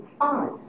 eyes